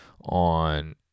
on